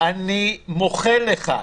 אני מוחל לך,